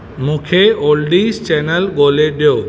मूंखे ओल्डीस चैनलु ॻोल्हे ॾियो